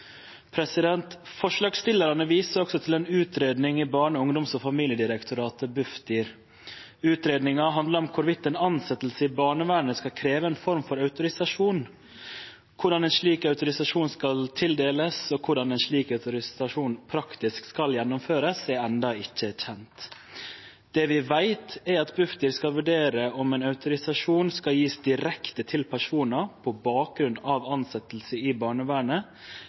Forslagsstillarane viser også til ei utgreiing i Barne-, ungdoms- og familiedirektoratet, Bufdir. Utgreiinga handlar om om ei tilsetjing i barnevernet skal krevje ei form for autorisasjon. Korleis ein slik autorisasjon skal tildelast, og korleis ein slik autorisasjon praktisk skal gjennomførast, er enno ikkje kjent. Det vi veit, er at Bufdir skal vurdere om ein autorisasjon skal bli gjeven direkte til personar, på bakgrunn av tilsetjing i barnevernet,